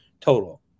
total